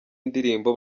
indirimbo